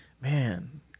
man